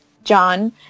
John